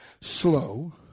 slow